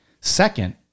Second